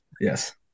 Yes